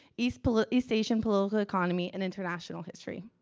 east but ah east asian political economy, and international history.